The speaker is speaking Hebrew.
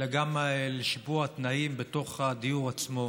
אלא גם לשיפור התנאים בתוך הדיור עצמו.